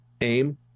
aim